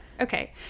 okay